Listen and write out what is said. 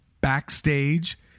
backstage